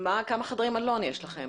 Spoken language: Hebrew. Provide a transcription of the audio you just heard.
כמה חדרי מלון יש לכם?